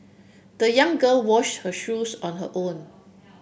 the young girl wash her shoes on her own